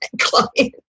client